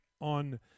on